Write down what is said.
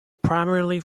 primarily